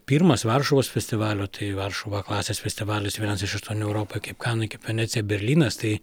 pirmas varšuvos festivalio tai varšuva klasės festivalis vienas iš aštuonių europoj kaip kanai kaip venecija berlynas tai